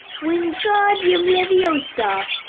wingardium leviosa!